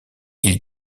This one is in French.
ils